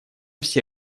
все